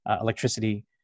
electricity